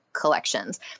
collections